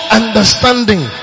understanding